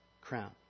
crown